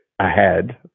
ahead